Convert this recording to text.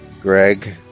Greg